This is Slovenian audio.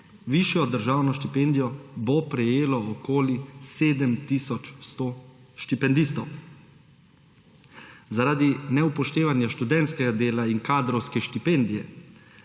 višjo državno štipendijo bo prejelo okoli 7 tisoč 100 štipendistov. Zaradi neupoštevanja študentskega dela in kadrovske štipendije